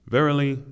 Verily